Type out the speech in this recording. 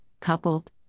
coupled